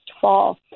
fall